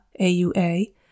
AUA